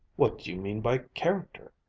what do you mean by character?